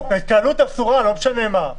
התקהלות אסורה, לא משנה מה.